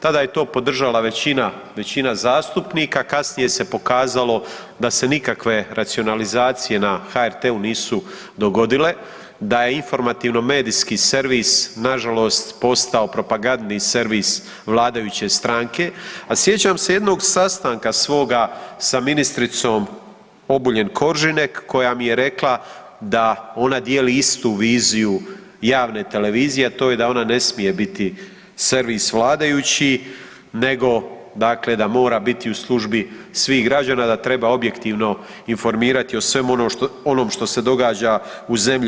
Tada je to podržala većina, većina zastupnika kasnije se pokazalo da se nikakve racionalizacije na HRT-u nisu dogodile, da je informativno medijski servis nažalost postao propagandni servis vladajuće stranke, a sjećam se jednog sastanka svoga sa ministricom Obuljen Koržinek koja mi je rekla da ona dijeli istu viziju javne televizije, a to je da ona ne smije biti servis vladajućih nego dakle da mora biti u službi svih građana, da treba objektivno informirati o svemu onom što se događa u zemlji.